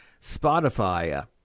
Spotify